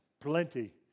Plenty